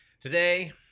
Today